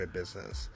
business